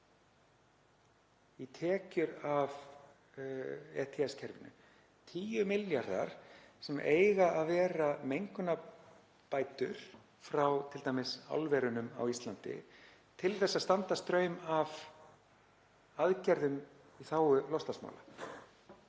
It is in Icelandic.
í tekjum af ETS-kerfinu, 10 milljarða sem eiga að vera mengunarbætur frá t.d. álverunum á Íslandi til að standa straum af aðgerðum í þágu loftslagsmála.